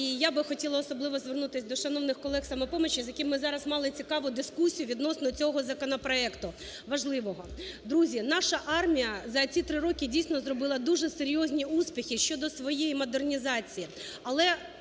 І я би хотіла особливо звернутись до шановних колег із "Самопомочі", з якими ми зараз мали цікаву дискусію відносно цього законопроекту, важливого. Друзі, наша армія за ці три роки, дійсно, зробила дуже серйозні успіхи щодо своєї модернізації.